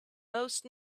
most